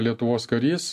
lietuvos karys